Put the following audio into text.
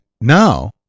now